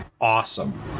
awesome